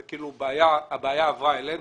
זה כאילו שהבעיה עברה אלינו.